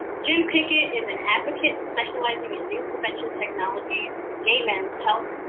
jim pickett is an advocate specializing in new prevention technologies, gay men's health,